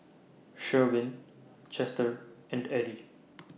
Sherwin Chester and Eddie